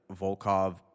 Volkov